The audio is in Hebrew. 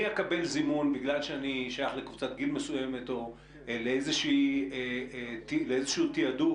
אני אקבל זימון בגלל שאני שייך לקבוצת גיל מסוימת או לאיזשהו תיעדוף.